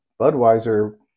Budweiser